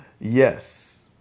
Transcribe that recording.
Yes